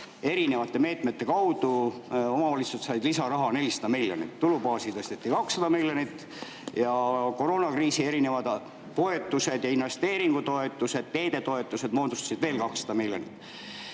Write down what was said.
erinevate meetmete kaudu lisaraha 400 miljonit: tulubaasi tõsteti 200 miljonit ja koroonakriisi erinevad toetused, investeeringutoetused ja teedetoetused moodustasid veel 200 miljonit.